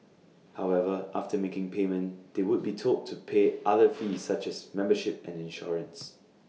however after making payment they would be told to pay other fees such as membership and insurance